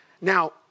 Now